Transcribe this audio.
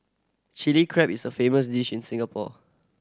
Chilli Crab is a famous dish in Singapore